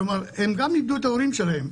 כלומר הם גם איבדו את ההורים שלהם,